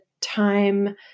time